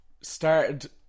started